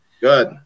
Good